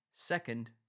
Second